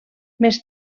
més